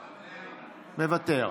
מוותר,